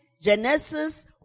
Genesis